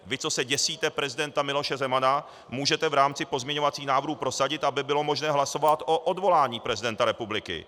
Vy, co se děsíte prezidenta Miloše Zemana, můžete v rámci pozměňovacích návrhů prosadit, aby bylo možné hlasovat o odvolání prezidenta republiky.